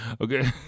okay